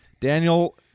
Daniel